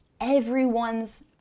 everyone's